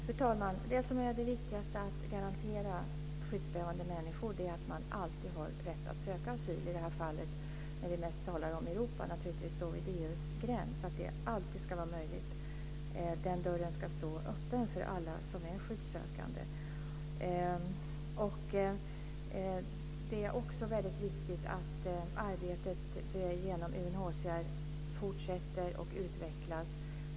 Fru talman! Det som är viktigast att garantera skyddsbehövande människor är att de alltid har rätt att söka asyl. I det här fallet talar vi mest om Europa, om EU:s gräns, och där ska detta naturligtvis alltid vara möjligt. Den dörren ska stå öppen för alla skyddssökande. Det är också väldigt viktigt att arbetet inom UNHCR fortsätter och utvecklas.